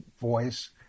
voice